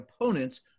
opponents